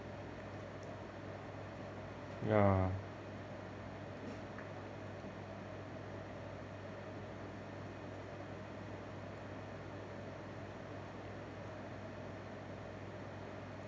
ya